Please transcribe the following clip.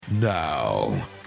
Now